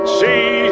see